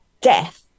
death